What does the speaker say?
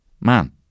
Man